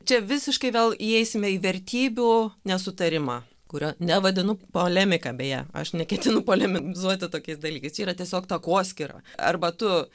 čia visiškai vėl įeisime į vertybių nesutarimą kurio nevadinu polemika beje aš neketinu polemizuoti tokiais dalykais čia yra tiesiog takoskyra arba tu